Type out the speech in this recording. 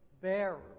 bearer